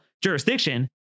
jurisdiction